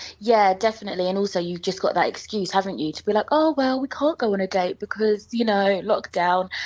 yeah definitely and also, you've just got that excuse, haven't you, to be like oh well, we can't go on a date because you know lockdown.